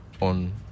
on